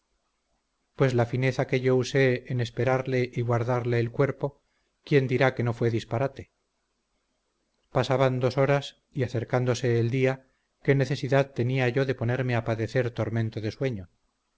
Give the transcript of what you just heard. pues la fineza que yo usé en esperarle y guardarle el cuerpo quién dirá que no fue disparate pasaban dos horas y acercándose el día qué necesidad tenía yo de ponerme a padecer tormento de sueño